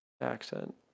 accent